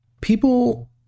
People